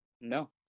No